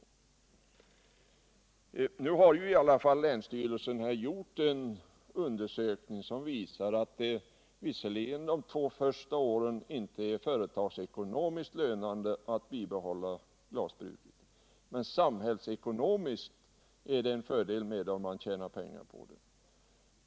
Nu har i alla fall länsstyrelsen gjort en undersökning som visar att det visserligen de två första åren inte är företagsekonomiskt lönande att bibehålla glasbruket. Men samhällsekonomiskt är det en fördel med det, och man tjänar pengar på det.